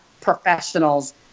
professionals